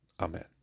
Amen